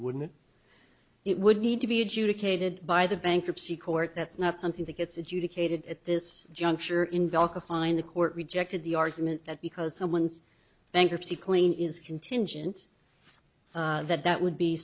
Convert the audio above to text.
wouldn't it would need to be adjudicated by the bankruptcy court that's not something that gets adjudicated at this juncture in valka fine the court rejected the argument that because someone's bankruptcy clean is contingent that that would be